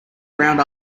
around